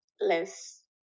less